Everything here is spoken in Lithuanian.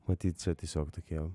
matyt čia tiesiog tokie